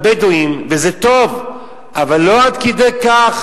לבדואים, וזה טוב, אבל לא עד כדי כך,